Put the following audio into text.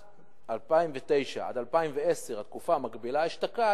שב-2009 2010, התקופה המקבילה אשתקד,